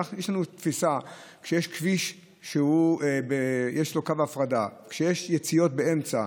יש לנו תפיסה שכשיש כביש שיש בו קו הפרדה ויש יציאות באמצע,